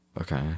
Okay